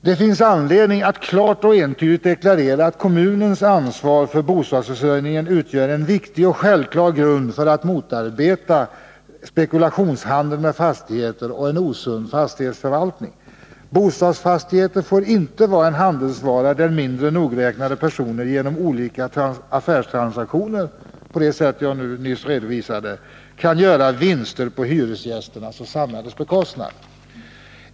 Det finns anledning att klart och entydigt deklarera att kommunens ansvar för bostadsförsörjningen utgör en viktig och självklar grund för att motarbeta spekulationshandel med fastigheter och en osund fastighetsförvaltning. Bostadsfastigheter får inte vara en handelsvara på vilken mindre nogräknade personer genom olika affärstransaktioner — på det sätt jag nyss redovisade - kan göra vinster på hyresgästernas och samhällets bekostnad.